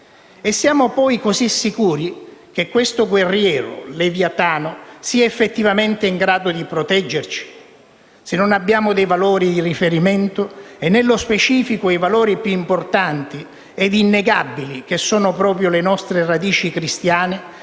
E siamo poi così sicuri che questo guerriero Leviatano sia effettivamente in grado di proteggerci? Se non abbiamo dei valori di riferimento, e nello specifico i valori più importanti ed innegabili, che sono proprio le nostre radici cristiane